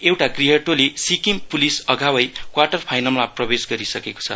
एउटा गृह टोली सिक्किम पुलिस अघावै क्वार्टर फाइलमा प्रवेश गरिसकेको छ